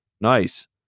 Nice